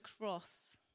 cross